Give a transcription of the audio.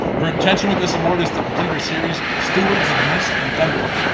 her intention with this award is to complete her series stewards of mist and thunder.